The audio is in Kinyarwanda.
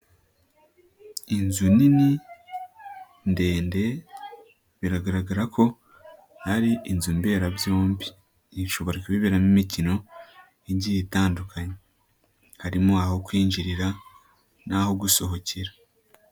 Inzu nini, ndende, biragaragara ko ari inzu mberabyombi, ishobora kubiberamo imikino igiye itandukanye. Harimo aho kwinjirira n'aho gusohokera.